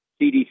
CDC